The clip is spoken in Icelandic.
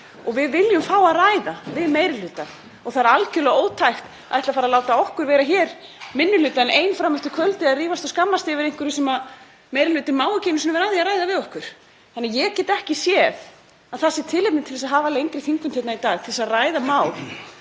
og við viljum fá að ræða við meiri hlutann. Það er algjörlega ótækt að ætla að fara að láta okkur vera hér, minni hlutann, ein fram eftir kvöldi að rífast og skammast yfir einhverju sem meiri hlutinn má ekki einu sinni vera að að ræða við okkur. Ég get því ekki séð að það sé tilefni til að hafa lengri þingfund hér í dag til að ræða mál